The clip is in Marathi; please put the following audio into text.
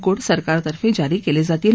कोड सरकार तर्फे जारी केले जातील